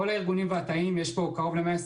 וכל הארגונים והתאים יש פה קרוב ל-120